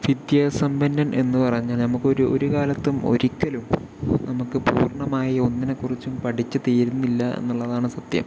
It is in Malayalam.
വിദ്യാസമ്പന്നൻ എന്ന് പറഞ്ഞാൽ നമുക്കൊരു ഒരു കാലത്തും ഒരിക്കലും നമുക്ക് പൂർണ്ണമായി ഒന്നിനെ കുറിച്ചും പഠിച്ച് തീരുന്നില്ല എന്നുള്ളതാണ് സത്യം